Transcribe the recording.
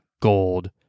Gold